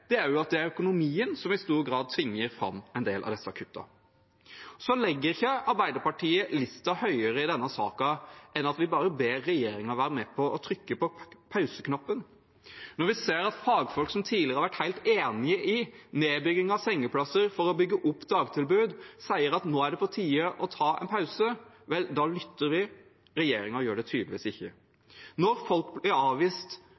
er at det er økonomien som i stor grad tvinger fram en del av disse kuttene. Arbeiderpartiet legger ikke listen høyere i denne saken enn at vi bare ber regjeringen være med på å trykke på pauseknappen. Når vi ser at fagfolk som tidligere har vært helt enig i nedbygging av sengeplasser for å bygge opp dagtilbud, sier at det nå er på tide å ta en pause, lytter vi – regjeringen gjør det tydeligvis ikke. Når folk blir avvist